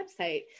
website